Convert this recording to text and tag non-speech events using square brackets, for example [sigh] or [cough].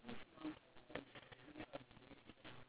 ya but we need to know where to get it [noise]